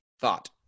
thought